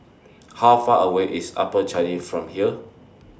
How Far away IS Upper Changi from here